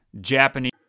Japanese